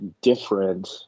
different